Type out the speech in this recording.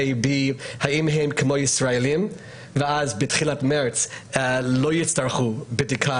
האם הם כמו הישראלים ואז בתחילת מרס לא יצטרכו בדיקה